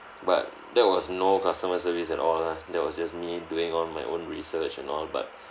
but that was no customer service at all lah that was just me doing all my own research and all but